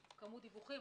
כמות דיווחים.